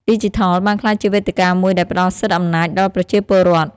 ឌីជីថលបានក្លាយជាវេទិកាមួយដែលផ្ដល់សិទ្ធិអំណាចដល់ប្រជាពលរដ្ឋ។